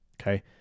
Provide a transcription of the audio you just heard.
okay